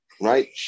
right